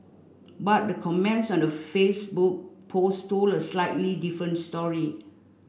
but the comments on the Facebook post told a slightly different story